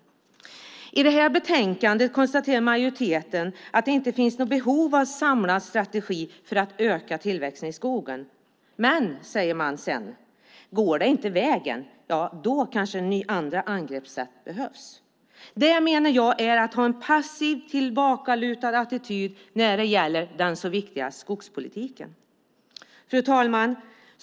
I det här betänkandet konstaterar majoriteten att det inte finns något behov av en samlad strategi för att öka tillväxten i skogen, men, säger man sedan, om det inte går vägen kanske andra angreppssätt behövs. Det menar jag är att ha en passiv, tillbakalutad attityd när det gäller den så viktiga skogspolitiken. Fru talman!